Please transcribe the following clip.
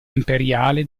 imperiale